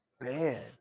Man